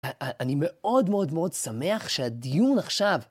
אני מאוד מאוד מאוד שמח שהדיון עכשיו...